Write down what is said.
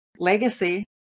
legacy